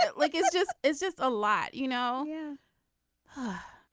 and like it's just it's just a lot you know yeah huh